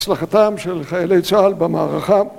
בהצלחתם של חיילי צה״ל במערכה.